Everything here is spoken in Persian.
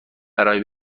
برای